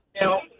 now